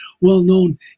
well-known